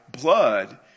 blood